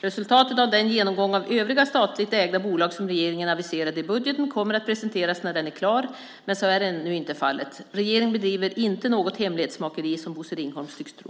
Resultatet av den genomgång av övriga statligt ägda bolag som regeringen aviserade i budgeten kommer att presenteras när den är klar men så är ännu inte fallet. Regeringen bedriver inte något hemlighetsmakeri som Bosse Ringholm tycks tro.